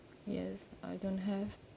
yes I don't have